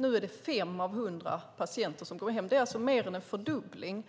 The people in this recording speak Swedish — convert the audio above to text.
Nu är det 5 av 100. Det är mer än en fördubbling.